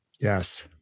yes